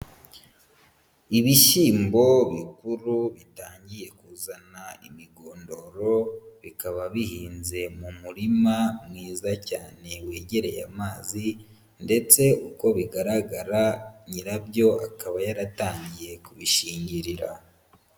Ibishyimbo bikuru bitangiye kuzana imigondoro, bikaba bihinze mu murima mwiza cyane wegereye amazi ndetse uko bigaragara nyirabyo akaba yaratangiye kubishyingirira.